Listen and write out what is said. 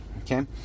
Okay